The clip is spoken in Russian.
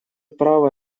права